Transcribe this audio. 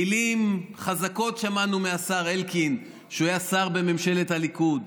מילים חזקות שמענו מהשר אלקין כשהוא היה שר בממשלת הליכוד.